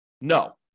No